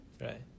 right